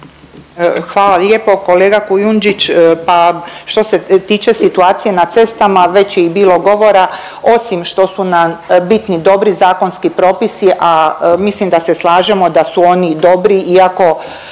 Hvala lijepo kolega Kujundžić. Pa što se tiče situacije na cestama već je i bilo govora, osim što su nam bitni dobri zakonski propisi, a mislim da se slažemo da su oni dobri iako